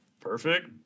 perfect